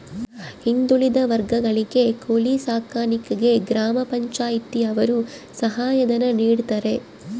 ಹಿಂದುಳಿದ ವರ್ಗಗಳಿಗೆ ಕೋಳಿ ಸಾಕಾಣಿಕೆಗೆ ಗ್ರಾಮ ಪಂಚಾಯ್ತಿ ಯವರು ಸಹಾಯ ಧನ ನೀಡ್ತಾರೆ